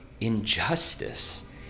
injustice